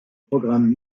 programme